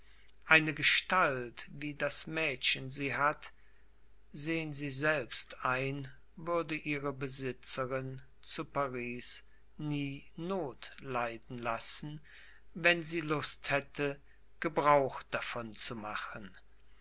eine gestalt wie das mädchen sie hat sehen sie selbst ein würde ihre besitzerin zu paris nie not leiden lassen wenn sie lust hätte gebrauch davon zu machen